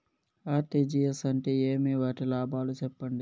RTGS అంటే ఏమి? వాటి లాభాలు సెప్పండి?